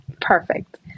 Perfect